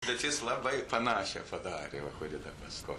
bet jis labai panašią padarė va kuri daba stovi